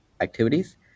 activities